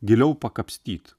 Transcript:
giliau pakapstyt